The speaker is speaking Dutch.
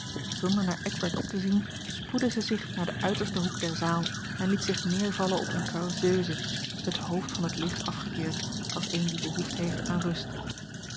zonder naar eckbert op te zien spoedde zij zich naar den uitersten hoek der zaal en liet zich neervallen op eene causeuse het hoofd van het licht afgekeerd als eene die behoefte heeft aan rust